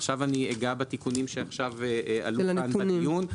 עכשיו אגע בתיקונים שעלו כאן בדיון.